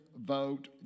vote